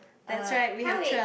uh !huh! wait